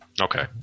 okay